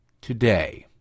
today